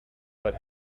but